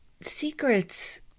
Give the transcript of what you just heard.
Secrets